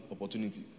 opportunities